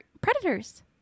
predators